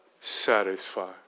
satisfy